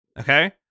Okay